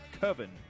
Coven